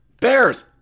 Bears